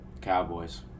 Cowboys